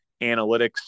analytics